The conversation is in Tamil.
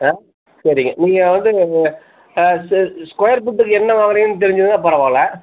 ஆ சரிங்க நீங்கள் வந்து சே ஸ்கொயர் ஃபீட்டுக்கு என்ன வாங்கிறீங்கன்னு தெரிஞ்சதுன்னால் பரவாயில்ல